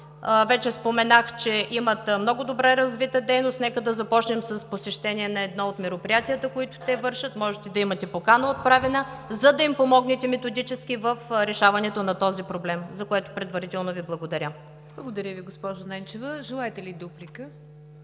Вече споменах, че имат много добре развита дейност. Нека започнем с посещение на едно от мероприятията, които вършат. Можете да имате отправена покана, за да им помогнете методически за решаването на този проблем, за което предварително Ви благодаря. ПРЕДСЕДАТЕЛ НИГЯР ДЖАФЕР: Благодаря Ви, госпожо Ненчева. Желаете ли дуплика?